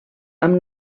amb